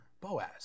Boaz